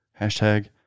Hashtag